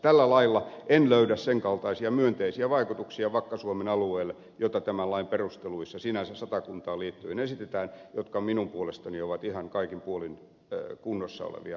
tällä lailla en löydä sen kaltaisia myönteisiä vaikutuksia vakka suomen alueelle joita tämän lain perusteluissa sinänsä satakuntaan liittyen esitetään ja jotka minun puolestani ovat ihan kaikin puolin kunnossa olevia perusteluja